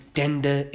tender